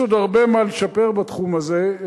יש עוד הרבה מה לשפר בתחום הזה.